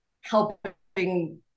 helping